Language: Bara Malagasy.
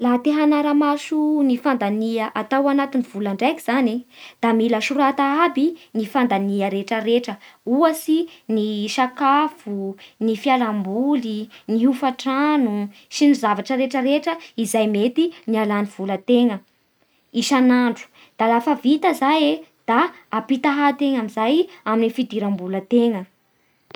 Laha te hanara-maso ny fandania atao anaty vola ndraiky zany da mila sorata iaby ny fandania rehetrarehetra, ohatsy ny sakafo, ny fialamboly, ny hofatrano sy ny zavatra rehetrarehetra izay mety nialan'ny volantegna isan'andro. Da lafa vita zay e, da ampitahà amin'izay e amin'ny fidiram-bola tegna